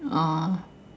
ah